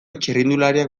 txirrindulariak